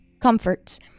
comforts